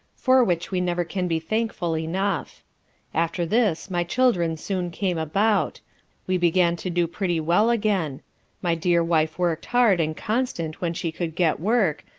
for which we never can be thankful enough after this my children soon came about we began to do pretty well again my dear wife work'd hard and constant when she could get work,